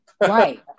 Right